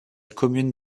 commune